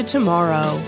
Tomorrow